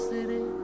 City